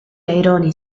aironi